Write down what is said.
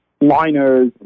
liners